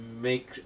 make